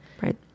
right